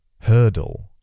hurdle